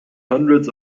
hundreds